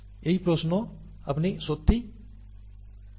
এই প্রশ্ন আপনি সত্যিই জানেন না